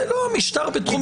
זה לא המשטר בתקנות.